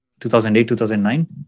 2008-2009